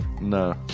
no